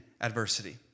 adversity